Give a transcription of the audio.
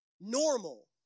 normal